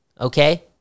Okay